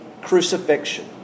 crucifixion